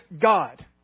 God